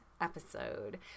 episode